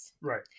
Right